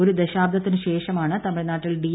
ഒരു ദശാബ്ദത്തിനു ശേഷമാണ് തമിഴ്നാട്ടിൽ ഡ്ി